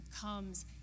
comes